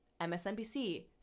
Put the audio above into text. msnbc